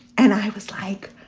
and i was like,